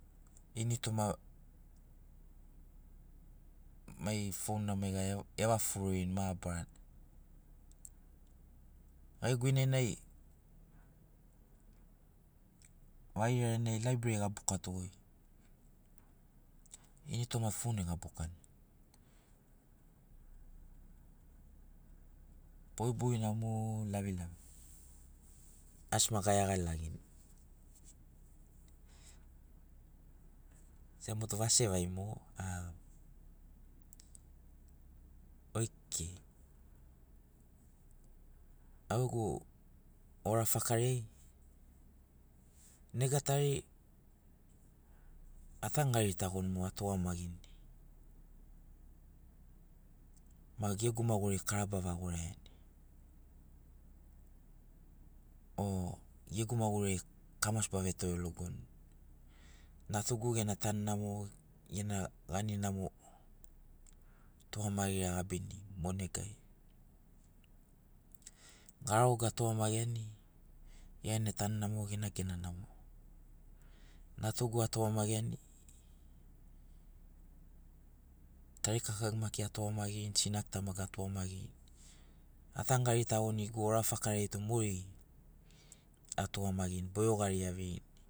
Ini toma mai fon na maiga evaga fri ani mabarama. Gai guinenai garo rorinai laibreri ai ga buka to goi ini toma fon iai ga bukan bogibogi na mu lavilavi asi maki ga iagalagin sena motu vasevai mogo oi kekei. Au gegu ora fakariai nega tari a tanu gari tagon mogo a tugamagin ma gegu maguri kara bavaga goraian o gegu maguri ai kamasi ba vetore logon natugu gena tanu namo gena gani namo tugamagiri agabini mo negai garagogu atugamagiani ia gena tanu namo gena gena namo natugu atugamagiani tarikakagu maki atugamagirini sinagu tamagu maki atugamagirini atanu gari tagoni gegu ura fakariai tu mogeri atugamagirin boiogari aveirin